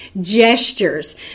gestures